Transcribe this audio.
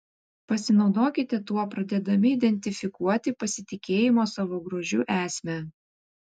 pasinaudokite tuo pradėdami identifikuoti pasitikėjimo savo grožiu esmę